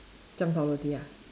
jiam tao roti ah